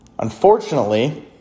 Unfortunately